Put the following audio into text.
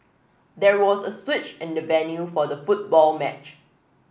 there was a switch in the venue for the football match